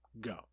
go